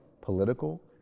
political